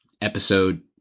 episode